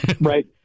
right